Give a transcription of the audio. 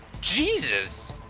Jesus